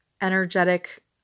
energetic